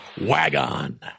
Wagon